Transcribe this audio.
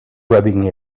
rubbing